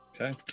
Okay